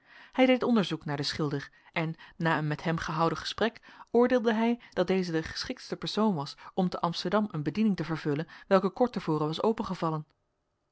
hij deed onderzoek naar den schilder en na een met hem gehouden gesprek oordeelde hij dat deze de geschiktste persoon was om te amsterdam een bediening te vervullen welke kort te voren was